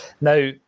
Now